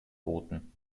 boten